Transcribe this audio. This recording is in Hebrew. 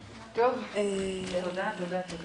פשוט ראיתי את החתימה שלו על הצו,